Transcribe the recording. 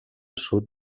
sud